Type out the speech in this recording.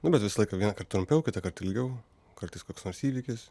nu bet visą laiką vieną kart trumpiau kitą kart ilgiau kartais koks nors įvykis